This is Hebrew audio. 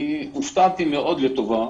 אני הופתעתי מאוד לטובה,